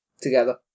together